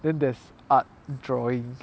then there's art drawing